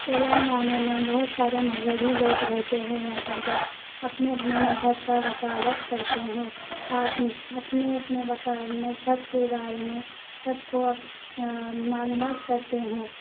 تلنگانہ میں بہت سارے مذہبی لوگ رہتے ہیں یہاں پہ اپنے اپنے مذہب کا وکالت کرتے ہیں اپنے اپنے مذہب کے بارے میں سب کو معلومات کرتے ہیں